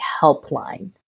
helpline